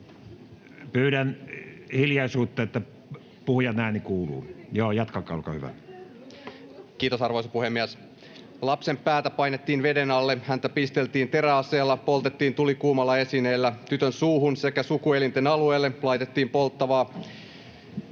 2018 välisenä... Kiitos, arvoisa puhemies! — Lapsen päätä painettiin veden alle, häntä pisteltiin teräaseella ja poltettiin tulikuumalla esineellä, tytön suuhun sekä sukuelinten alueelle laitettiin polttavaa